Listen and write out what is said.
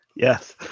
yes